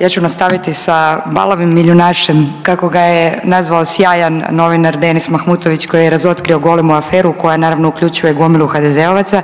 Ja ću nastaviti sa balavim milijunašem kako ga je nazvao sjajan novinar Denis Mahmutović koji je razotkrio golemu aferu koja naravno uključuje gomilu HDZ-ovaca